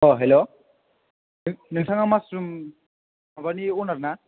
औ हेल' नोंथाङा मास्रुम माबानि अनार ना